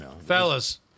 Fellas